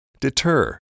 Deter